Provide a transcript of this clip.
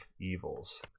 evils